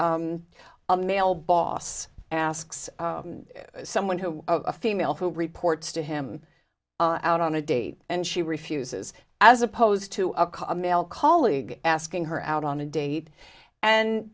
a male boss asks someone who a female who reports to him out on a date and she refuses as opposed to a call male colleague asking her out on a date and